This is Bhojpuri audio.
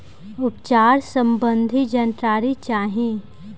उपचार सबंधी जानकारी चाही?